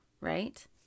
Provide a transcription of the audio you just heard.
right